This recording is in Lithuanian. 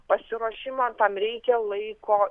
pasiruošimo tam reikia laiko